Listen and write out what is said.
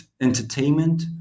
entertainment